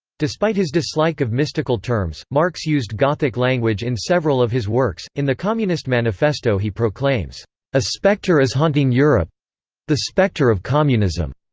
despite his dislike of mystical terms, marx used gothic language in several of his works in the communist manifesto he proclaims a spectre is haunting europe the spectre of communism.